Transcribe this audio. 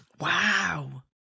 Wow